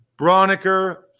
Broniker